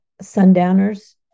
sundowners